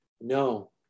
no